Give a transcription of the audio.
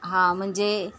हां म्हणजे